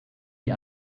die